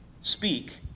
speak